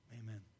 amen